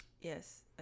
Yes